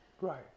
right